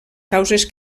causes